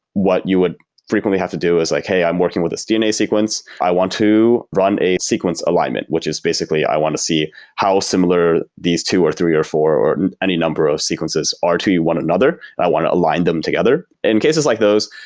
what you would frequently have to do is like, hey, i'm working with this dna sequence. i want to run a sequence alignment, which is basically i want to see how similar these two or three or four or any number of sequences are to one another. i want to align them together. in cases like those,